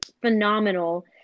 phenomenal